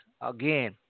again